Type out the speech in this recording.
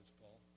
Paul